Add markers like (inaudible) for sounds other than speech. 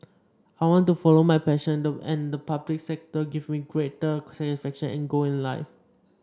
I want to follow my (unintelligible) and the public sector gives me greater satisfaction and goal in life